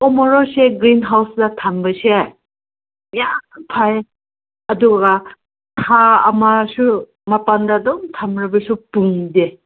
ꯎ ꯃꯣꯔꯣꯛꯁꯦ ꯒ꯭ꯔꯤꯟꯍꯥꯎꯁꯇ ꯊꯝꯕꯁꯦ ꯌꯥꯝ ꯐꯩ ꯑꯗꯨꯒ ꯊꯥ ꯑꯃꯁꯨ ꯃꯄꯥꯟꯗ ꯑꯗꯨꯝ ꯊꯝꯂꯕꯁꯨ ꯄꯨꯝꯗꯦ